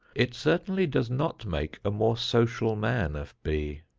it certainly does not make a more social man of b.